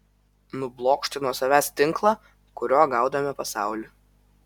nublokšti nuo savęs tinklą kuriuo gaudome pasaulį